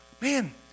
man